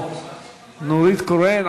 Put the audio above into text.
או נורית קורן.